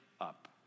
up